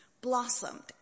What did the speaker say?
blossomed